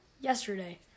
yesterday